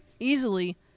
Easily